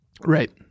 Right